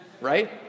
right